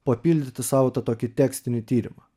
papildyti savo tą tokį tekstinį tyrimą